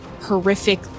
horrific